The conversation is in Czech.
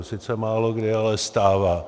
Sice málokdy, ale stává.